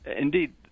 indeed